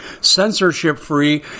censorship-free